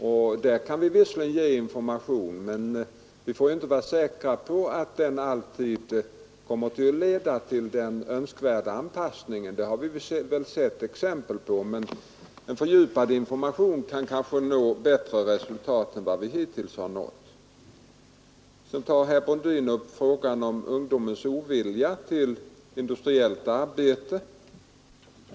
Vi kan visserligen ge information, men vi kan ju inte vara säkra på att den alltid kommer att leda till den önskvärda anpassningen. Det har vi väl sett exempel på. Men med en fördjupad information kan vi kanske nå bättre resultat än vi hittills har nått. Vidare tar herr Brundin upp frågan om ungdomens ovilja till industriellt arbete.